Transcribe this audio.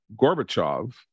Gorbachev